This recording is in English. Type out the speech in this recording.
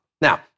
Now